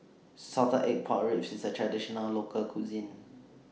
Salted Egg Pork Ribs IS A Traditional Local Cuisine